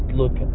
look